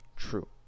true